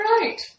right